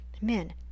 Men